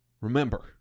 Remember